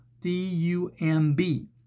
D-U-M-B